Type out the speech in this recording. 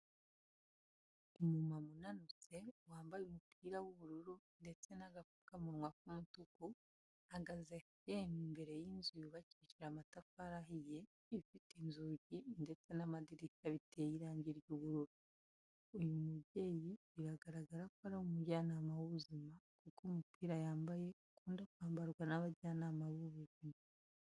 Umumama unanutse wambaye umupira w'ubururu ndetse n'agapfukamunwa k'umutuku, ahagaze yemye imbere y'inzu yubakishije amatafari ahiye, ifite inzugi ndetse n'amadirishya biteye irangi ry'ubururu. Uyu mubyeyi biragaragara ko ari umujyana w'ubuzima kuko umupira yambaye ukunda kwambarwa n'abajyanama b'ubuzima.